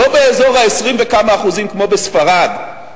לא באזור ה-20% וכמה, כמו בספרד,